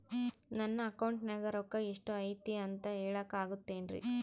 ನನ್ನ ಅಕೌಂಟಿನ್ಯಾಗ ರೊಕ್ಕ ಎಷ್ಟು ಐತಿ ಅಂತ ಹೇಳಕ ಆಗುತ್ತೆನ್ರಿ?